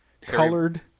colored